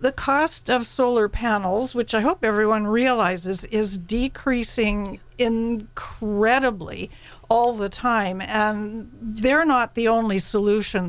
the cost of solar panels which i hope everyone realizes is decreasing in credibly all the time and they're not the only solution